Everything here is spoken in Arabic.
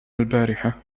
البارحة